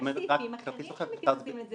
יש סעיפים אחרים שמתייחסים לזה.